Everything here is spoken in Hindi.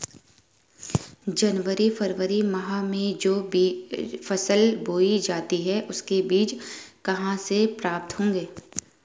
जनवरी फरवरी माह में जो फसल बोई जाती है उसके बीज कहाँ से प्राप्त होंगे?